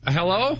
Hello